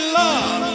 love